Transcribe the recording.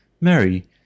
Mary